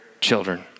children